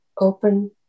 open